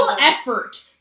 effort